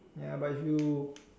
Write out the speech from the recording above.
ya but if you